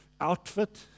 outfit